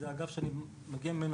האגף שאני מגיע ממנו,